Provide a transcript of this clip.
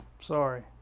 sorry